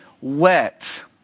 wet